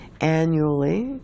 annually